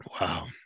Wow